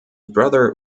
brother